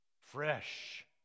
fresh